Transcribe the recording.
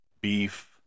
beef